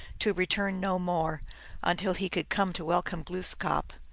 to return no more until he could come to welcome gloos kap